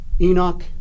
Enoch